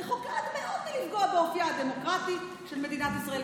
רחוקה עד מאוד מלפגוע באופייה הדמוקרטי של מדינת ישראל".